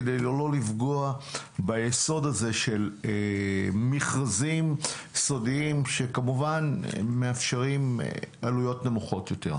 כדי לא לפגוע ביסוד הזה של מכרזים סודיים שמאפשרים עלויות נמוכות יותר.